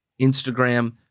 Instagram